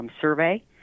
survey